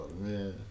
man